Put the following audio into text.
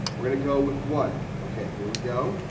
we're going to go with one. okay, here we go.